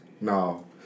No